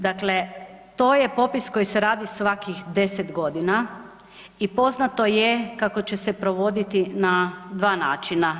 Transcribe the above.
Dakle, to je popis koji se radi svakih 10 godina i poznato je kako će se provoditi na dva načina.